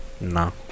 No